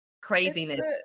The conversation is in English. craziness